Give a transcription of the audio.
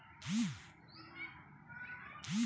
Internet से हम बिजली बिल कइसे जमा कर सकी ला?